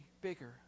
bigger